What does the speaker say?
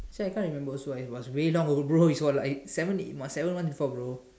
actually I can't remember also it was way long ago bro it was like seven eight months seven months before bro